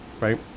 right